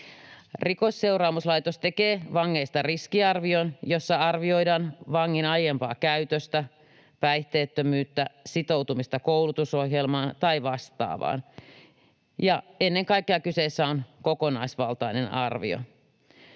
Rikosseuraamuslaitos tekee vangeista riskiarvion, jossa arvioidaan vangin aiempaa käytöstä, päihteettömyyttä, sitoutumista koulutusohjelmaan tai vastaavaan. Ennen kaikkea kyseessä on kokonaisvaltainen arvio.